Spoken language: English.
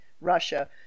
Russia